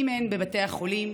מי מהן בבתי החולים,